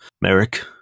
Merrick